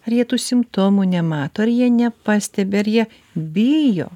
ar jie tų simptomų nemato ar jie nepastebi ar jie bijo